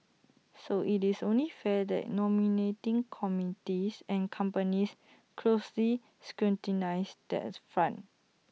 so IT is only fair that nominating committees and companies closely scrutinise that front